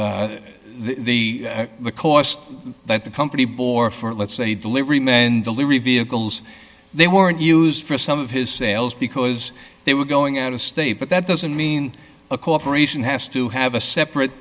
the the cost that the company bore for let's say delivery men delivery vehicles they weren't used for some of his sales because they were going out of state but that doesn't mean a corporation has to have a separate